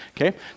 okay